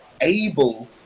able